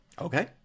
Okay